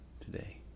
today